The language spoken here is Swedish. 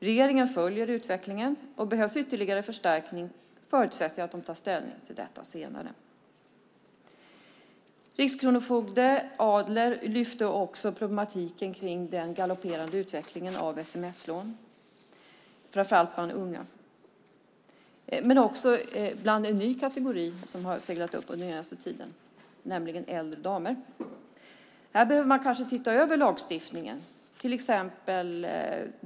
Regeringen följer utvecklingen, och behövs ytterligare förstärkning förutsätter jag att de tar ställning till detta senare. Rikskronofogde Adler lyfte också upp problematiken kring den galopperande utvecklingen av sms-lån, framför allt bland unga, men också bland en ny kategori som har seglat upp under den senaste tiden, nämligen äldre damer. Här behöver man kanske se över lagstiftningen.